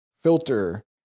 filter